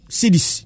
cities